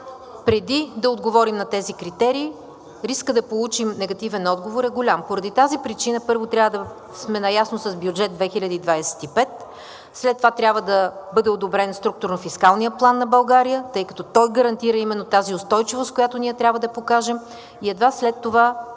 Преди да отговорим на тези критерии, рискът да получим негативен отговор е голям. Поради тази причина първо трябва да сме наясно с бюджет 2025 г., след това трябва да бъде одобрен структурнофискалния план на България, тъй като той гарантира именно тази устойчивост, която ние трябва да покажем, и едва след това